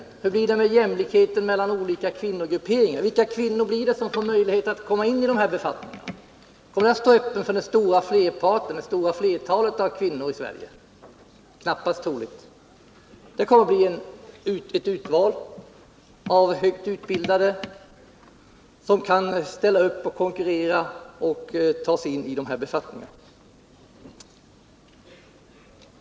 Men hur blir det med jämlikheten mellan olika kvinnogrupperingar. Vilka kvinnor blir det som får möjlighet att komma in i sådana här befattningar? Kommer de att stå öppna för det stora flertalet kvinnor i Sverige? Det är knappast troligt. Det kommer att bli ett urval högutbildade som kan ställa upp och konkurrera som tas in på de här befattningarna.